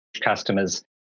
customers